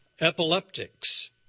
epileptics